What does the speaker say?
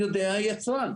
יודע היצרן.